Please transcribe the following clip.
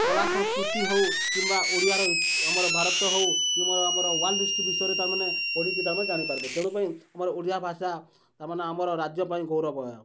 କଳା ସଂସ୍କୃତି ହଉ କିମ୍ବା ଓଡ଼ିଆର ଆମର ଭାରତ ହଉ କିମ୍ବା ଆମର ୱାର୍ଲଡ଼ ହିଷ୍ଟ୍ରି ବିଷୟରେ ତାରମାନେ ପଢ଼ିକି ତାରମାନେ ଜାଣିପାରିବେ ତେଣୁ ଆମର ଓଡ଼ିଆ ଭାଷାମାନେ ଆମର ରାଜ୍ୟ ପାଇଁ ଗୌରବ